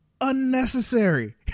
unnecessary